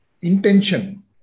intention